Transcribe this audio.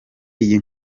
iyi